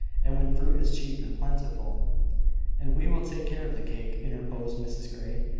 and when fruit is cheap and plentiful and we will take care of the cake, interposed mrs grey.